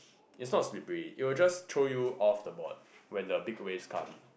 it's not slippery it will just throw you off the board when the big waves come